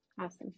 Awesome